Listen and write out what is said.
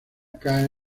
cae